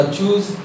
Choose